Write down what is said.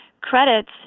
credits